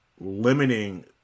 limiting